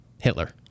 Hitler